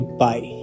bye